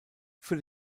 für